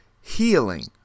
healing